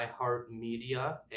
iHeartMedia